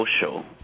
social